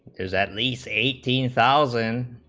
as at least eighteen thousand